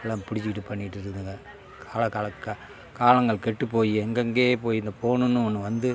எல்லாம் பிடிச்சிக்கிட்டு பண்ணிக்கிட்டு இருக்குதுங்க காலா காலா க காலங்கள் கெட்டு போய் எங்கங்கயே போய் இந்த ஃபோனுன்னு ஒன்று வந்து